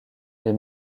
les